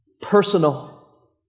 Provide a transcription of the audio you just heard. personal